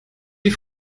die